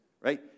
Right